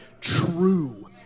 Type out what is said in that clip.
true